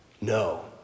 No